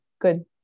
good